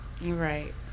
Right